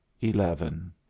eleven